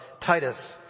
Titus